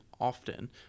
often